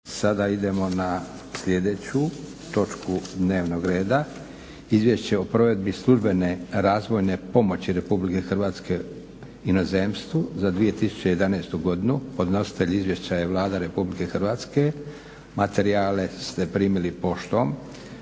Sada idemo na sljedeću točku dnevnog reda. - Izvješće o provedbi službene razvojne pomoći Republike Hrvatske inozemstvu za 2011. godinu Podnositelj izvješća je Vlada Republike Hrvatske. Materijale ste primili poštom.